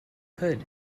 could